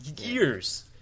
years